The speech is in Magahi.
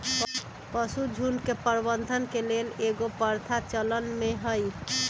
पशुझुण्ड के प्रबंधन के लेल कएगो प्रथा चलन में हइ